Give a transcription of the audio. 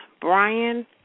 Brian